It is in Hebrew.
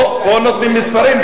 פה נותנים מספרים,